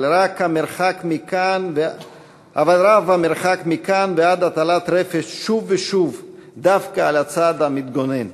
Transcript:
אבל רב המרחק מכאן ועד הטלת רפש שוב ושוב דווקא על הצד המתגונן,